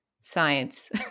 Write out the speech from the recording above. science